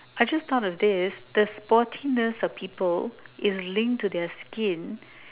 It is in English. I just thought of this the sportiness of people is linked to their skin